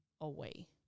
away